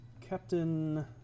Captain